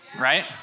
right